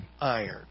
iron